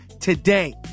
today